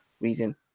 reason